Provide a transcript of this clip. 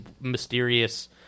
mysterious